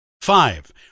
five